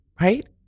Right